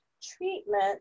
treatment